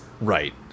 Right